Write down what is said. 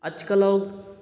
आथिखालाव